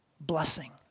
blessing